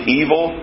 evil